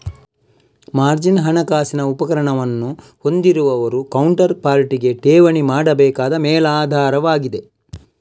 margin ಹಣಕಾಸಿನ ಉಪಕರಣವನ್ನು ಹೊಂದಿರುವವರು ಕೌಂಟರ್ ಪಾರ್ಟಿಗೆ ಠೇವಣಿ ಮಾಡಬೇಕಾದ ಮೇಲಾಧಾರವಾಗಿದೆ